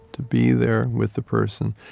to be there with the person.